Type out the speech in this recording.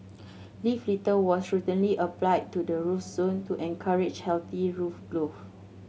leaf litter was routinely applied to the root zone to encourage healthy root growth